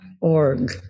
org